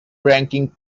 ranking